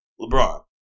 LeBron